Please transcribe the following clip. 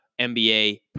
NBA